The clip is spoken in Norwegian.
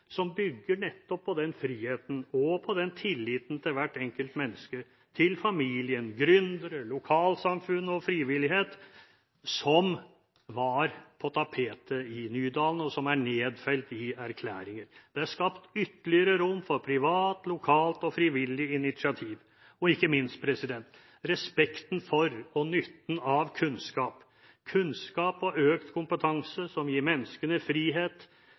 som bygger nettopp på den friheten og tilliten til hvert enkelt menneske, til familien, gründere, lokalsamfunn og frivillighet – dette som var på tapetet i Nydalen, og som er nedfelt i erklæringen. Det er skapt ytterligere rom for privat, lokalt og frivillig initiativ, og ikke minst – respekten for og nytten av kunnskap. Kunnskap og økt kompetanse gir menneskene frihet,